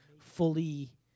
fully